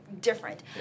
different